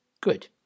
good